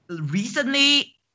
recently